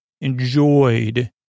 enjoyed